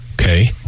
Okay